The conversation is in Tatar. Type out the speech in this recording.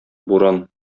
буран